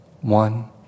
one